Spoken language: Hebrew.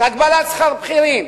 הגבלת שכר בכירים,